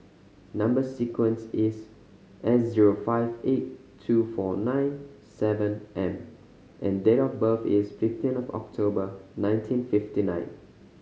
number sequence is S zero five eight two four nine seven M and date of birth is fifteen of October nineteen fifty nine